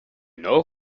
know